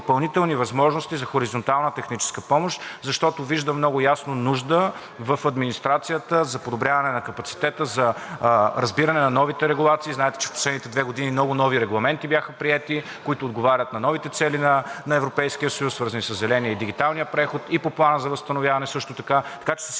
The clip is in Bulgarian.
допълнителни възможности за хоризонтална техническа помощ, защото виждам много ясно нужда в администрацията за подобряване на капацитета, за разбиране на новите регулации. Знаете, че в последните две години много нови регламенти бяха приети, които отговарят на новите цели на Европейския съюз, свързани със зеления и дигиталния преход, и по Плана за възстановяване също така. Така че със